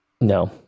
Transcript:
No